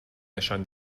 نشان